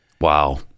Wow